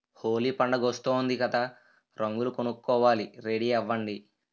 హోలీ పండుగొస్తోంది కదా రంగులు కొనుక్కోవాలి రెడీ అవ్వండి